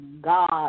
God